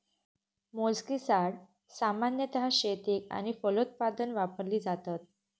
मोलस्किसाड्स सामान्यतः शेतीक आणि फलोत्पादन वापरली जातत